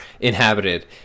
inhabited